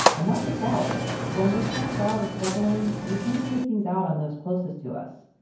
and not just ours. when we're stressed out or struggling, we tend to take things out on those closest to us.